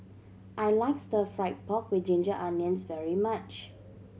I like Stir Fried Pork With Ginger Onions very much